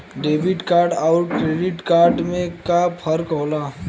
Debit card अउर credit card में का फर्क होला?